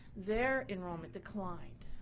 their enrollment declined.